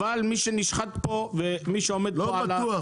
אבל מי שנשחק פה ומי שעומד פה על --- לא בטוח,